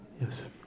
Yes